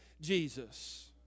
Jesus